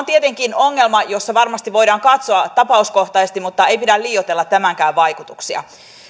tietenkin ongelma ja varmasti voidaan katsoa tapauskohtaisesti mutta ei pidä liioitella tämänkään vaikutuksia sitten